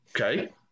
Okay